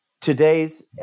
today's